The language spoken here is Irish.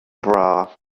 bhreá